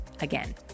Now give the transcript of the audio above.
again